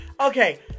Okay